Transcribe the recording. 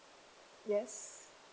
yes